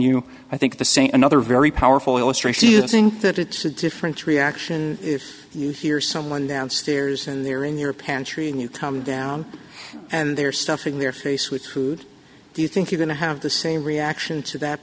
you i think the same another very powerful illustration i think that it's a different reaction if you hear someone downstairs and they're in your pantry and you come down and they're stuffing their face with who do you think you're going to have the same reaction to that